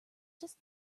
just